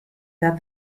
that